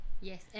Yes